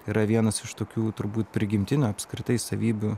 yra vienas iš tokių turbūt prigimtinių apskritai savybių